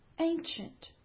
ancient